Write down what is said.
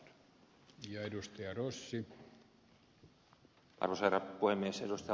arvoisa herra puhemies